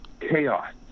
Chaos